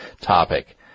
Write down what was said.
topic